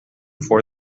for